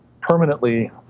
permanently